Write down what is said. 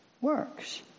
works